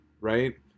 Right